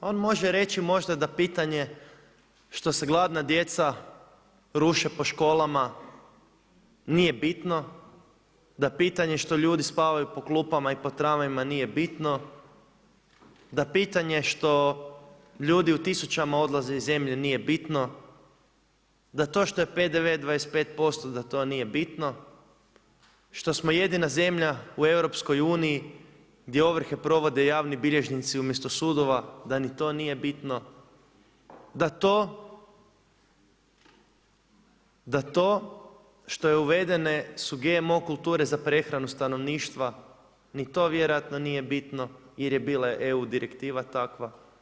On može reći možda da pitanje što se gladna djeca ruše po školama nije bitno, da pitanje što ljudi spavaju po klupama i po tramvajima nije bitno, da pitanje što ljudi u tisućama odlaze iz zemlje nije bitno, da to što je PDV 25% da to nije bitno, što smo jedina zemlja u EU gdje ovrhe provode javni bilježnici umjesto sudova, da ni to nije bitno, da to što su uvedene GMO kulture za prehranu stanovništva ni to vjerojatno nije bitno jel je bila eu direktiva takva.